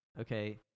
okay